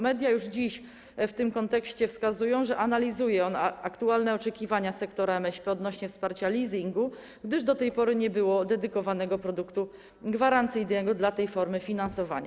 Media już dziś w tym kontekście wskazują, że analizuje on aktualne oczekiwania sektora MŚP odnośnie do wsparcia leasingu, gdyż do tej pory nie było dedykowanego produktu gwarancyjnego dla tej formy finansowania.